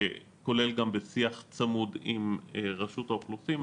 כולל גם בשיח צמוד עם רשות האוכלוסין,